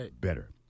better